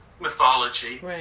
mythology